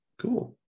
cool